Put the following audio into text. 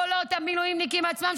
קולות המילואימניקים עצמם,